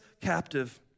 captive